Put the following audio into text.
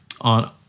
On